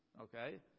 Okay